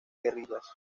guerrillas